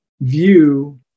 view